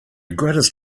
greatest